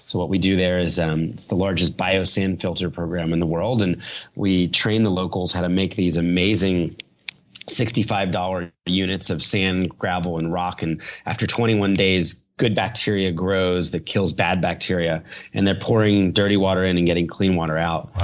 what we do there is, um it's the largest bio sand filter program in the world. and we train the locals how to make these amazing sixty five dollars units of sand, gravel, and rock. and after after twenty one days, good bacteria grows that kills bad bacteria and they're pouring dirty water in and getting clean water out. wow.